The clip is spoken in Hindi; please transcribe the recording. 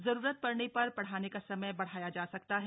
जरूरत पड़ने पर पढ़ाने का समय बढ़ाया जा सकता है